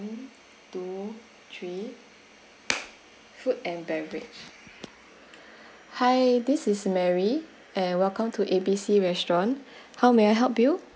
one two three food and beverage hi this is mary and welcome to a b c restaurant how may I help you